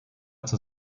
zur